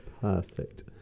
Perfect